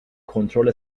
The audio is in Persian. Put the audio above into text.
کنترل